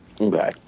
okay